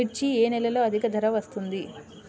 మిర్చి ఏ నెలలో అధిక ధర వస్తుంది?